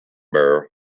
burgh